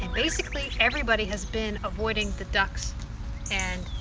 and basically everybody has been avoiding the ducks and